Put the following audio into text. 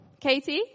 Katie